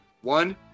One